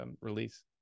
release